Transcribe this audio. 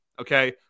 okay